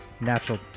Natural